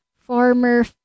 former